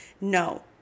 no